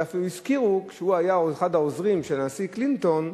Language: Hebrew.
אלא אפילו הזכירו שכשהוא היה אחד העוזרים של הנשיא קלינטון,